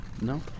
No